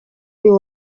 uyu